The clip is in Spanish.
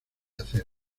acero